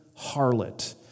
harlot